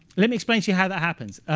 let me explain how that happens.